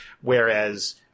Whereas